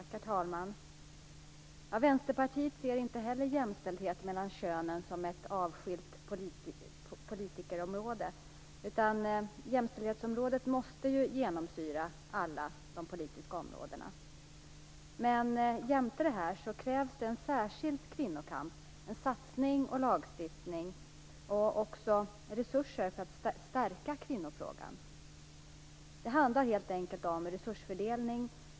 Herr talman! Vänsterpartiet ser inte heller jämställdhet mellan könen som ett avskilt politikområde. Jämställdheten måste ju genomsyra alla de politiska områdena. Men det krävs också en särskild kvinnokamp, en satsning och en lagstiftning. Det krävs resurser för att stärka kvinnofrågan. Det handlar helt enkelt om resursfördelning.